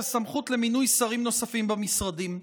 הסמכות למינוי שרים נוספים במשרדים.